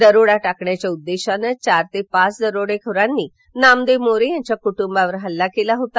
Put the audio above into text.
दरोडा टाकण्याच्या उद्देशाने चार ते पाच दरोडेखोरांनी नामदेव मोरे यांच्या कुटुंबावर हल्ला केला होता